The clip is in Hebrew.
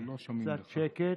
קצת שקט.